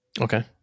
Okay